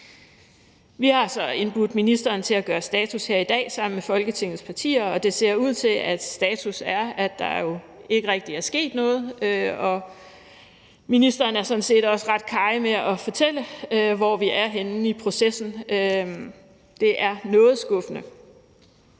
Vi har så indbudt ministeren til at gøre status her i dag sammen med Folketingets partier, og det ser ud til, at status er, at der jo ikke rigtig er sket noget, og ministeren er sådan set også ret karrig med at fortælle, hvor vi er henne i processen, og det er noget skuffende.